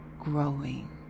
growing